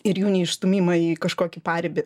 ir jų neišstūmimą į kažkokį paribį